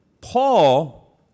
Paul